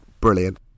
Brilliant